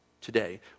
today